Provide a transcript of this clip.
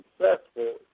successful